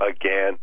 again